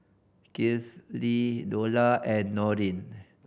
Kifli Dollah and Nurin